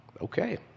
Okay